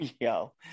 Yo